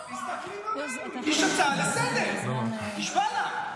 יש הצעה לסדר-היום, נשבע לך.